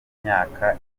imyaka